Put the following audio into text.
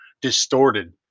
distorted